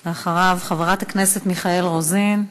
אחריו, חברת הכנסת מיכל רוזין.